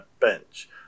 bench